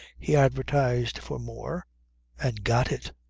he advertised for more and got it.